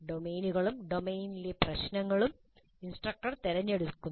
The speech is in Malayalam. ഡൊമെയ്നുകളും ഡൊമെയ്നിലെ പ്രശ്നങ്ങളും ഇൻസ്ട്രക്ടർ തിരഞ്ഞെടുത്തു